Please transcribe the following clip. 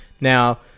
Now